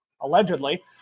allegedly